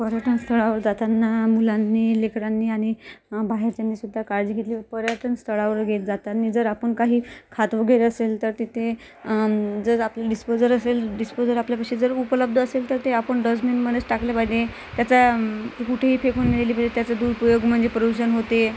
पर्यटन स्थळावर जाताना मुलांनी लेकरांनी आणि बाहेरच्यांनीसुद्धा काळजी घेतली पर्यटन स्थळावर जाताना जर आपण काही खात वगैरे असेल तर तिथे जर आपलं डीस्पोजर असेल तर डीस्पोजर आपल्यापशी उपलब्ध असेल तर ते आपण डस्टबिनमध्येच टाकलं पाहिजे त्याचा कुठेही फेकून त्याचा दुरुपयोग म्हणजे प्रदूषण होते